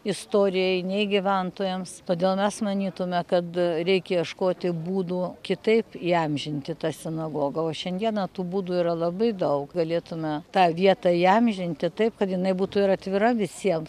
istorijai nei gyventojams todėl mes manytume kad reik ieškoti būdų kitaip įamžinti tą sinagogą o šiandieną tų būdų yra labai daug galėtume tą vietą įamžinti taip kad jinai būtų ir atvira visiem